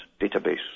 database